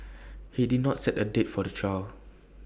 he did not set A date for the trial